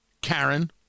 Karen